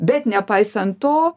bet nepaisant to